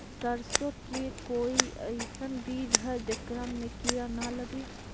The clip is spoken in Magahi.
सरसों के कोई एइसन बिज है जेकरा में किड़ा न लगे?